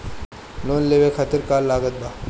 Loan लेवे खातिर का का लागत ब?